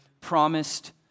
promised